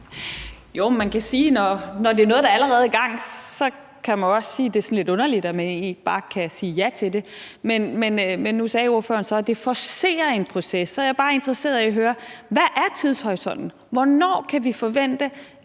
Stampe (RV): Jamen når det er noget, der allerede er i gang, så kan man jo også sige, at det er sådan lidt underligt, at man egentlig ikke bare kan sige ja til det. Men nu sagde ordføreren så, at det forcerer en proces. Så er jeg bare interesseret i at høre: Hvad er tidshorisonten? Hvornår kan vi forvente